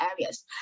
areas